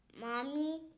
Mommy